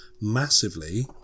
massively